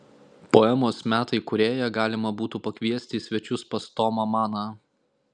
poemos metai kūrėją galima būtų pakviesti į svečius pas tomą maną